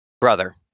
brother